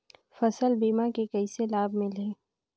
फसल बीमा के कइसे लाभ मिलही?